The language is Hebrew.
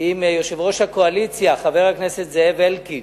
עם יושב-ראש הקואליציה, חבר הכנסת זאב אלקין,